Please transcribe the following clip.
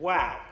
Wow